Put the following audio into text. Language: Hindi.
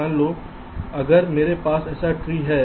मान लो अगर मेरे पास ऐसा कोई ट्री है